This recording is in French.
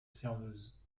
serveuse